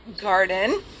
garden